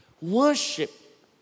Worship